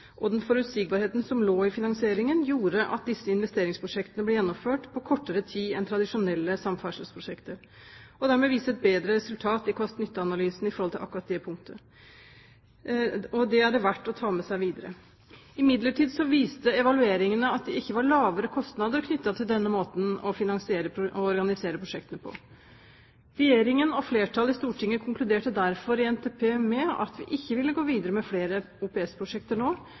kortere tid enn tradisjonelle samferdselsprosjekter, og dermed viser et bedre resultat i kost–nytte-analysen når det gjelder akkurat det punktet. Det er det verdt å ta med seg videre. Imidlertid viste evalueringene at det ikke var lavere kostnader knyttet til denne måten å finansiere og organisere prosjektene på. Regjeringen og flertallet i Stortinget konkluderte derfor i forbindelse med behandlingen av NTP med at vi ikke ville gå videre med flere OPS-prosjekter nå,